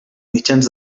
mitjans